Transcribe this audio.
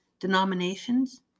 denominations